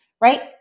Right